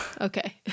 Okay